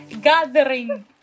gathering